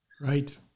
Right